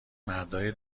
مردای